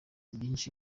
byinshi